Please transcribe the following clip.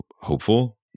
hopeful